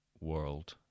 world